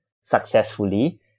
successfully